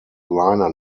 liner